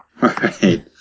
right